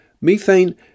Methane